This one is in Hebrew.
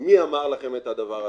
מי אמר לכם את הדבר הזה?